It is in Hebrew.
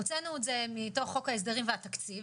הוצאנו את זה מתוך חוק ההסדרים והתקציב,